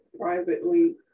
privately